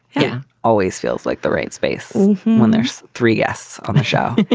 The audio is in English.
yeah. always feels like the right space when there's three guests on the show.